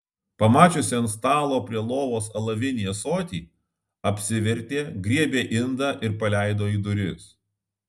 pamačiusi ant stalo prie lovos alavinį ąsotį apsivertė griebė indą ir paleido į duris